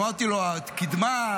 אמרתי לו: הקדמה?